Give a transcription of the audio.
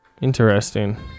Interesting